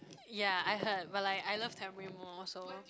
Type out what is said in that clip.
ya I heard but like I love tamarind more so